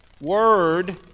word